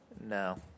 No